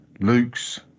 Luke's